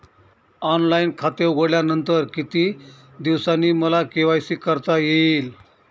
Online खाते उघडल्यानंतर किती दिवसांनी मला के.वाय.सी करता येईल?